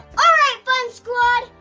alright, fun squad.